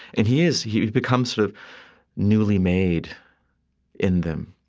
and he is he becomes sort of newly made in them,